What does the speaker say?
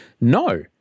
no